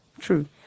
true